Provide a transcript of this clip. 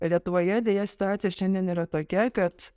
lietuvoje deja situacija šiandien yra tokia kad